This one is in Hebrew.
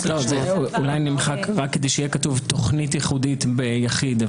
אולי נמחק רק כדי שיהיה כתוב תוכנית ייחודית ביחיד.